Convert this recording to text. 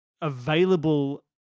available